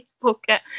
pocket